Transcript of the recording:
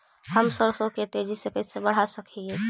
हम सरसों के तेजी से कैसे बढ़ा सक हिय?